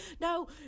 No